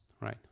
Right